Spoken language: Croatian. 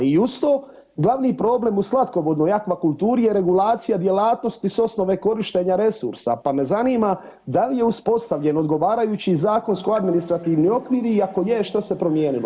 I uz to, glavni problem u slatkovodnoj aquakulturi je regulacija djelatnosti sa osnove korištenja resursa, pa me zanima da li je uspostavljen odgovarajući zakonsko-administrativni okvir i ako je što se promijenilo.